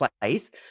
place